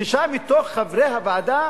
ובתוך חברי הוועדה